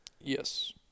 Yes